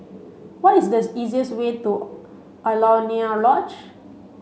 what is the easiest way to Alaunia Lodge